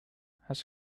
has